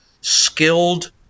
skilled